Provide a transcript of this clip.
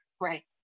Right